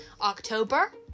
October